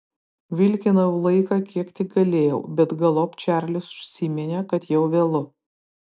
vilkinau laiką kiek tik galėjau bet galop čarlis užsiminė kad jau vėlu